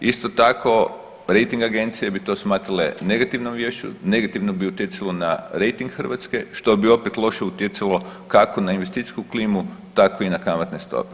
Isto tako rejting agencije bi to smatrale negativnom viješću, negativno bi utjecalo na rejting Hrvatske što bi opet loše utjecalo kako na investicijsku klimu tako i na kamatne stope.